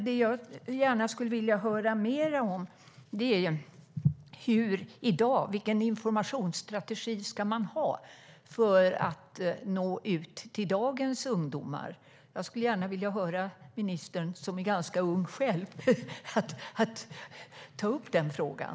Det jag gärna skulle vilja höra mer om är vilken informationsstrategi man ska ha för att nå ut till dagens ungdomar. Jag skulle gärna vilja höra ministern, som är ganska ung själv, ta upp frågan.